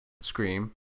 scream